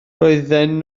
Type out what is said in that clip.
roedden